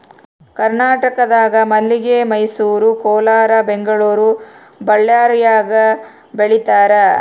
ಕರ್ನಾಟಕದಾಗ ಮಲ್ಲಿಗೆ ಮೈಸೂರು ಕೋಲಾರ ಬೆಂಗಳೂರು ಬಳ್ಳಾರ್ಯಾಗ ಬೆಳೀತಾರ